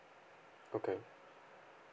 okay